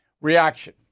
Reaction